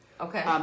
Okay